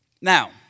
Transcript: Now